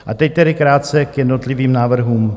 A teď tedy krátce k jednotlivým návrhům.